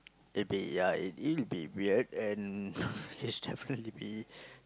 it'll be ya it will be weird and it's definitely be